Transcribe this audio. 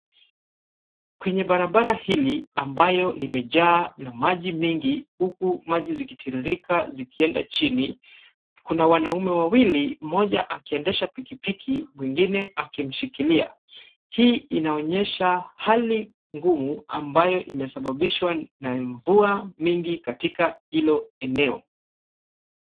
Kwenye barabara hili ambayo limejaa na maji mengi huku maji zikitiririka zikienda chini kuna wanaume wawili mmoja akiendesha pikipiki mwingine akimshikilia. Hii inaonyesha hali ngumu ambayo imesababishwa na mvua mingi katika hilo eneo.